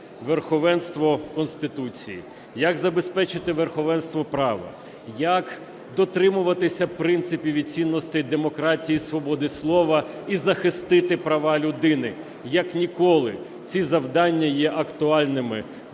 верховенство Конституції, як забезпечити верховенство права, як дотримуватися принципів і цінностей демократії і свободи слова, і захистити права людини. Як ніколи ці завдання є актуальними